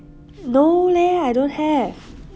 no leh I don't have